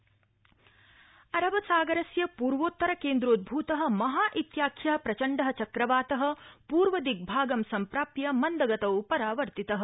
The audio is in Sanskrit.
महा चक्रवातः अरबसागरस्य पूर्वोत्तर केन्द्रोद्भूतः महा इत्याख्यः प्रचण्डः चक्रवातः पूर्वदिग्भागं सम्प्राप्य मन्दगतौ परावर्तितः